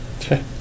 Okay